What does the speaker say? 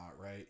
right